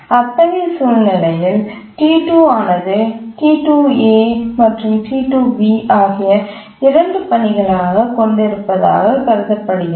அத்தகைய சூழ்நிலையில் T2 ஆனது T2a மற்றும் T2b ஆகிய 2 பணிகளைக் கொண்டிருப்பதாகக் கருதப்படுகிறது